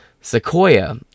Sequoia